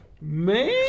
Man